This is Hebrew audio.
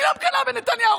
אני לא מקנאה בנתניהו.